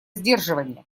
сдерживания